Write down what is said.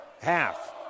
half